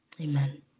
Amen